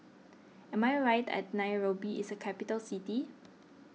am I right at Nairobi is a capital city